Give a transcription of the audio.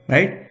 Right